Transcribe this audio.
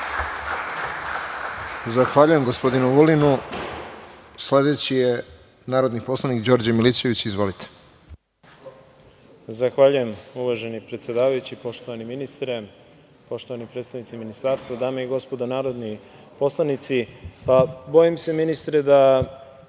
Zahvaljujem gospodinu Vulinu. Sledeći je narodni poslanik Đorđe Milićević. Izvolite. **Đorđe Milićević** Zahvaljujem, uvaženi predsedavajući. Poštovani ministre, poštovani predstavnici ministarstva, dame i gospodo narodni poslanici, bojim se ministre da